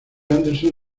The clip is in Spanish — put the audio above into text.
anderson